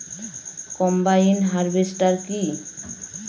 Combine harvester কি?